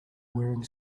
wearing